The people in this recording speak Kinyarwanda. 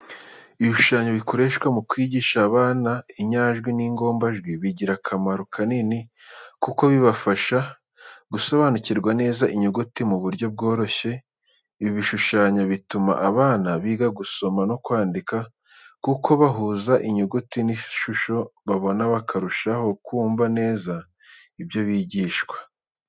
Ibishushanyo bikoreshwa mu kwigisha abana inyajwi n'ingombajwi bigira akamaro kanini kuko bibafasha gusobanukirwa neza inyuguti mu buryo bworoshye. Ibi bishushanyo bituma abana biga gusoma no kwandika, kuko bahuza inyuguti n'ishusho babona bakarushaho kumva neza ibyo bigishwa.